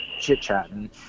chit-chatting